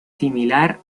similar